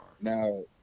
Now